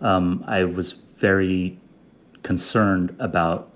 um i was very concerned about